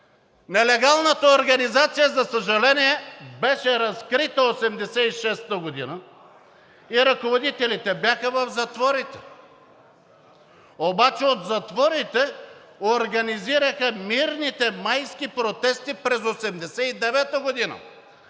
Нелегалната организация, за съжаление, беше разкрита 1986 г. и ръководителите бяха в затворите. Обаче от затворите организираха мирните майски протести през 1989 г.,